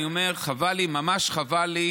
אני אומר, חבל לי, ממש חבל לי